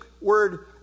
word